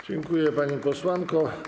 Dziękuję, pani posłanko.